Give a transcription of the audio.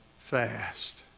fast